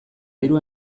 hiru